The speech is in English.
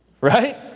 Right